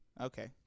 Okay